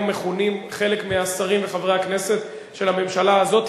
חלק מהכינויים שהיום מכונים בהם חלק מהשרים וחברי הכנסת של הממשלה הזאת,